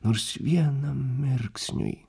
nors vienam mirksniui